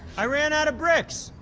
i ran out of bricks.